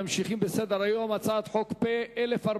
ממשיכים בסדר-היום: הצעת חוק פ/1403,